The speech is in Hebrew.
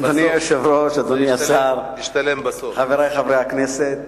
אדוני היושב-ראש, אדוני השר, חברי חברי הכנסת,